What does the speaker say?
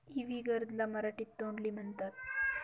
इवी gourd ला मराठीत तोंडली म्हणतात